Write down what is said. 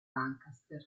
lancaster